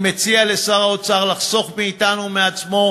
אני מציע לשר האוצר לחסוך מאתנו ומעצמו